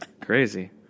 Crazy